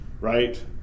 right